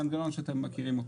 במנגנון שאתם מכירים.